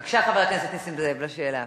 בבקשה, חבר הכנסת נסים זאב, לשאלה.